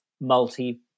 multi